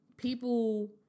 People